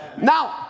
Now